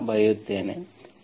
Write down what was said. ಎಂದು ಪುನಃ ಬರೆಯುತ್ತೇನೆ